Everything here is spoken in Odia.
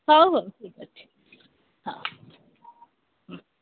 ହଉ ହଉ ଠିକ୍ ଅଛି ହଁ